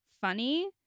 funny